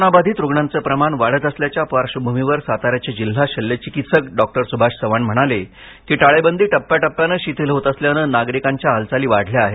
कोरोनाबाधित रुग्णांचं प्रमाण वाढत असल्याच्या पार्श्वभूमीवर साताऱ्याचे जिल्हा शल्यचिकित्सक डॉक्टर सुभाष चव्हाण म्हणाले की अनलॉक टप्प्याटप्प्याने शिथिल होत असल्याने नागरिकांच्या हालचाली वाढल्या आहेत